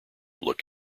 look